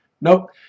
Nope